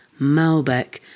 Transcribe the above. Malbec